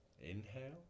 Inhale